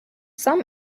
some